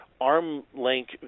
arm-length